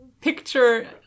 Picture